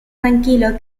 tranquilo